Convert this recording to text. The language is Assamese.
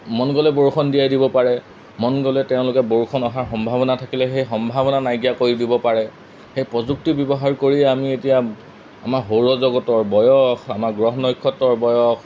মন গ'লে বৰষণ দিয়াই দিব পাৰে মন গ'লে তেওঁলোকে বৰষুণ অহাৰ সম্ভাৱনা থাকিলে সেই সম্ভাৱনা নাইকিয়া কৰি দিব পাৰে সেই প্ৰযুক্তি ব্যৱহাৰ কৰি আমি এতিয়া আমাৰ সৌৰজগতৰ বয়স আমাৰ গ্ৰহ নক্ষত্ৰৰ বয়স